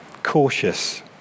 cautious